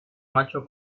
macho